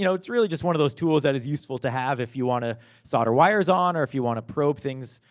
you know it's really just one of the those tools that is useful to have if you wanna solder wires on, or if you wanna probe things,